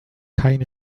kein